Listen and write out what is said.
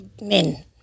men